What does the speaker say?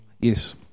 Yes